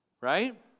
right